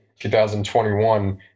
2021